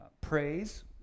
praise